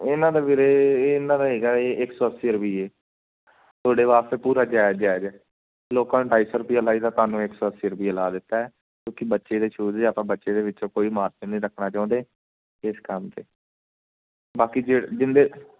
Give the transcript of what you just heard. ਇਹਨਾਂ ਦਾ ਵੀਰੇ ਇਹਨਾਂ ਦਾ ਹੈਗਾ ਇੱਕ ਸੌ ਅੱਸੀ ਰੁਪਈਏ ਤੁਹਾਡੇ ਵਾਸਤੇ ਪੂਰਾ ਜਾਇਜ ਜਾਇਜ ਲੋਕਾਂ ਨੂੰ ਢਾਈ ਸੌ ਰੁਪਈਆ ਲਾਈ ਦਾ ਤੁਹਾਨੂੰ ਇੱਕ ਸੌ ਅੱਸੀ ਰੁਪਈਏ ਲਾ ਦਿੱਤਾ ਕਿਉਂਕਿ ਬੱਚੇ ਦੇ ਸ਼ੂਜ ਆਪਾਂ ਬੱਚੇ ਦੇ ਵਿੱਚੋਂ ਕੋਈ ਮਾਰਜਨ ਨਹੀਂ ਰੱਖਣਾ ਚਾਹੁੰਦੇ ਇਸ ਕੰਮ 'ਚ ਬਾਕੀ ਜੇ ਜਿਨਦੇ